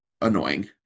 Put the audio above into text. annoying